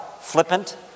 flippant